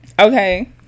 Okay